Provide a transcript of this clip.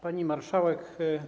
Pani Marszałek!